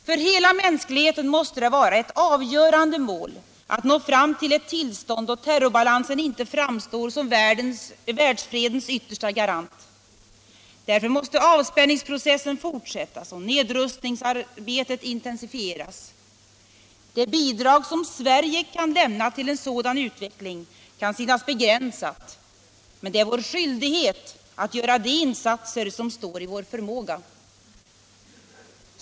För hela mänskligheten måste det vara ett avgörande mål att nå fram till ett tillstånd då terrorbalansen inte framstår som världsfredens yttersta garant. Därför måste avspänningsprocessen fortsättas och nedrustningsarbetet intensifieras. Det bidrag som Sverige kan lämna till en sådan utveckling kan synas begränsat, men det är vår skyldighet att göra de insatser som står i vår förmåga.